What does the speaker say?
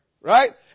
Right